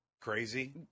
Crazy